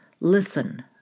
Listen